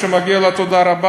מגיע לה באמת תודה רבה.